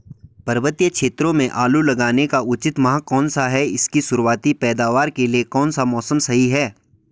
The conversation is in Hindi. पर्वतीय क्षेत्रों में आलू लगाने का उचित माह कौन सा है इसकी शुरुआती पैदावार के लिए कौन सा मौसम सही है?